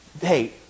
hey